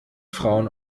frauen